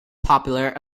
popular